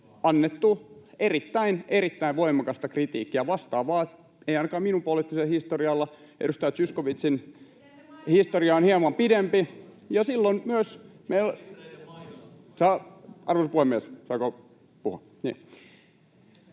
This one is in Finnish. erittäin, erittäin voimakasta kritiikkiä. Vastaavaa ei ainakaan minun poliittisella historiallani, edustaja Zyskowiczin historia on hieman pidempi... [Välihuutoja